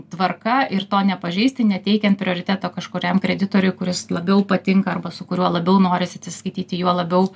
tvarka ir to nepažeisti neteikiant prioriteto kažkuriam kreditoriui kuris labiau patinka arba su kuriuo labiau noris atsiskaityti juo labiau